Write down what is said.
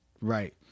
Right